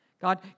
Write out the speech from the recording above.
God